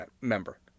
member